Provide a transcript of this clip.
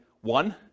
one